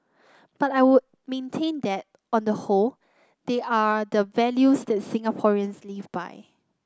but I would maintain that on the whole they are the values that Singaporeans live by